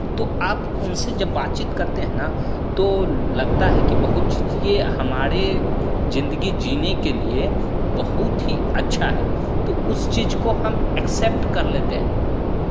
तो आप उनसे जब बातचीत करते हैं ना तो लगता है बहुत चीज़ ये हमारे ज़िंदगी जीने के लिए बहुत ही अच्छा है तो उस चीज़ से हम एकसेप्ट कर लेते हैं